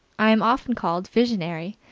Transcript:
i am often called visionary,